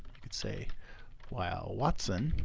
you could say while watson.